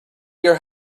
your